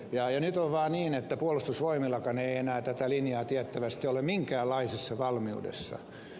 nyt on vaan niin että puolustusvoimillakaan ei enää tätä linjaa tiettävästi ole minkäänlaisessa valmiudessa